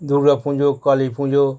Durga Puja Kali Puja